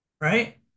right